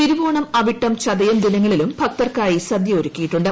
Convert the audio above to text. തിരുവോണം അവിട്ടം ചതയം ദിനങ്ങളിലും ഭക്തർക്കായി ഒരുക്കിയിട്ടുണ്ട്